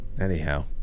Anyhow